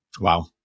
Wow